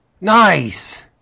Nice